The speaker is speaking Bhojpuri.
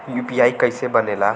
यू.पी.आई कईसे बनेला?